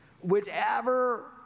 Whichever